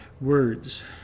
words